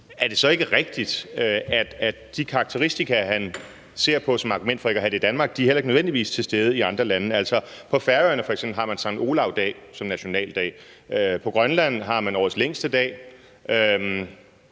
er det så ikke rigtigt, at de karakteristika, han ser på som argument for ikke at have det i Danmark, heller ikke nødvendigvis er til stede i de lande? På Færøerne har man f.eks. Sankt Olavs dag som nationaldag; på Grønland har man årets længste dag;